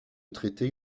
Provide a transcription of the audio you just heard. traiter